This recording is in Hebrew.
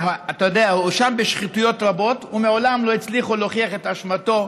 הואשם בשחיתויות רבות ומעולם לא הצליחו להוכיח את אשמתו.